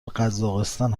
قزاقستان